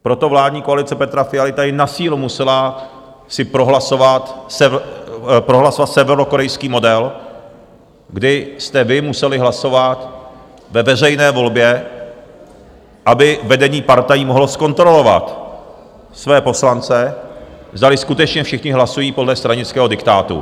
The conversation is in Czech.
Proto vládní koalice Petra Fialy tady na sílu musela si prohlasovat severokorejský model, kdy jste vy museli hlasovat ve veřejné volbě, aby vedení partají mohlo zkontrolovat své poslance, zdali skutečně všichni hlasují podle stranického diktátu.